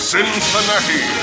Cincinnati